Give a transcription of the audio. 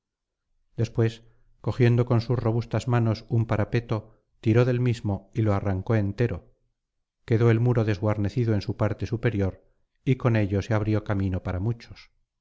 después cogiendo con sus robustas manos un parapeto tiró del mismo y lo arrancó entero quedó el muro desguarnecido en su parte superior y con ello se abrió camino para muchos